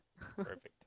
perfect